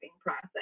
process